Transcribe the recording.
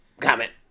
comment